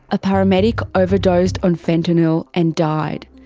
a paramedic overdosed on fentanyl and died.